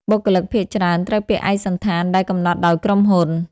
បុគ្គលិកភាគច្រើនត្រូវពាក់ឯកសណ្ឋានដែលកំណត់ដោយក្រុមហ៊ុន។